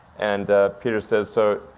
and peter says, so,